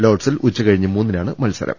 ലോർഡ്സിൽ ഉച്ചക ഴിഞ്ഞ് മൂന്നിനാണ് മത്സരം